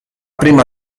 prima